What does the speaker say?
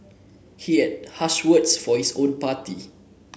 he had harsh words for his own party